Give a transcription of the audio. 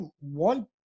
want